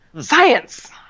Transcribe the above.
science